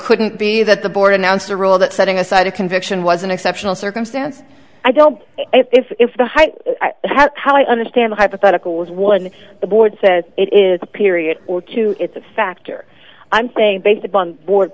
couldn't be that the board announced a rule that setting aside a conviction was an exceptional circumstance i don't if the high how i understand the hypothetical was one the board says it is period or two it's a factor i'm saying based upon